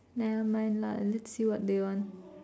nevermind lah let's see what they want